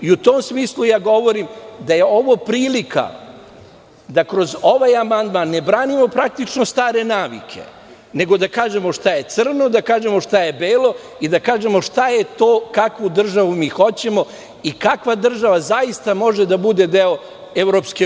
U tom smislu govorim da je ovo prilika da kroz ovaj amandman ne branimo praktično stare navike, nego da kažemo šta je crno, da kažemo šta je belo i da kažemo šta je to kakvu državu mi hoćemo i kakva država zaista može da bude deo EU.